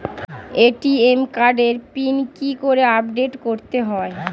ATM কার্ডের pin কি করে আপডেট করতে হয়?